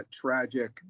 tragic